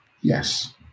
Yes